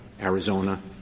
Arizona